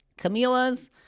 Camila's